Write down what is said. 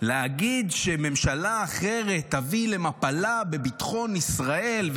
להגיד שממשלה אחרת תביא למפלה בביטחון ישראל,